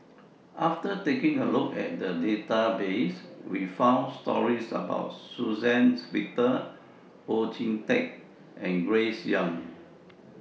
after taking A Look At The Database We found stories about Suzann Victor Oon Jin Teik and Grace Young